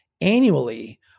annually